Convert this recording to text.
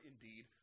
indeed